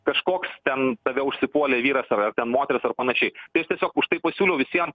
kažkoks ten tave užsipuolė vyras ar ar ten moteris ar panašiai tai aš tiesiog už tai pasiūliau visiem